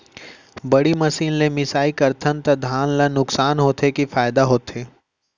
बड़ी मशीन ले मिसाई करथन त धान ल नुकसान होथे की फायदा होथे?